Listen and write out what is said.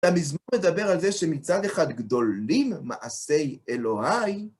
והמזמור מדבר על זה שמצד אחד גדולים מעשי אלוהיי